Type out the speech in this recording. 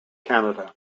canada